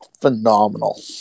phenomenal